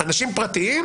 אדם פרטי,